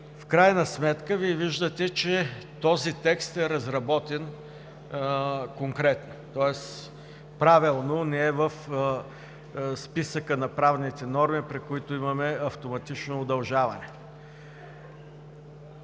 В крайна сметка Вие виждате, че този текст е разработен конкретно, тоест правилно не е в списъка на правните норми, при които имаме автоматично удължаване.